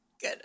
good